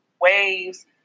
waves